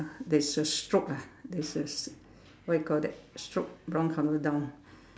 there's a stroke ah there's a what you call that stroke brown colour down